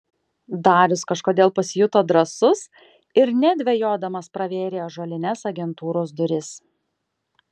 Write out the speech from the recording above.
darius kažkodėl pasijuto drąsus ir nedvejodamas pravėrė ąžuolines agentūros duris